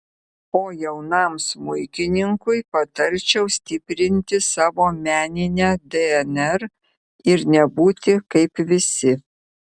o jaunam smuikininkui patarčiau stiprinti savo meninę dnr ir nebūti kaip visi